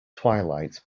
twilight